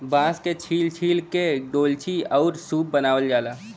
बांस के छील छील के डोल्ची आउर सूप बनावल जाला